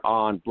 on